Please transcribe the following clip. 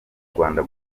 rwanda